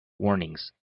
warnings